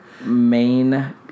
main